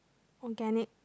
organic